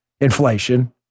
inflation